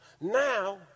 Now